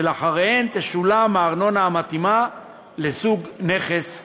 שלאחריהן תשולם הארנונה המתאימה לסוג נכס זה.